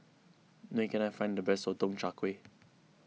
where can I find the best Sotong Char Kway